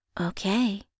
Okay